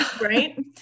Right